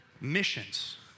Missions